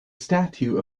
statue